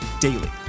daily